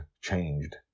changed